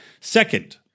Second